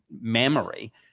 memory